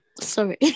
Sorry